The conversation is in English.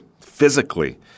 physically